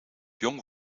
jong